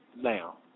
now